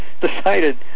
decided